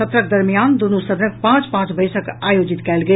सत्रक दरमियान दुनू सदनक पांच पांच बैसक आयोजित कयल गेल